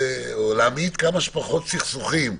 להעמיד כמה שפחות סכסוכים.